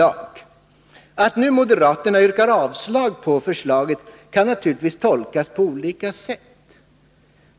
Att moderaterna nu yrkar avslag på förslaget kan naturligtvis tolkas på olika sätt.